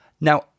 Now